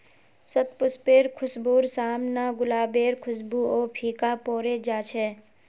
शतपुष्पेर खुशबूर साम न गुलाबेर खुशबूओ फीका पोरे जा छ